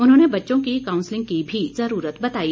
उन्होंने बच्चों की कांउसलिंग की भी ज़रूरत बताई